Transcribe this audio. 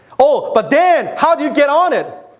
ah but dan, how do you get on it?